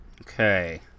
Okay